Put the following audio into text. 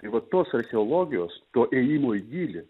tai va tos archeologijos to ėjimo į gylį